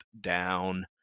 down